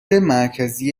مرکزی